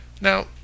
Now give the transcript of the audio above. Now